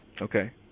Okay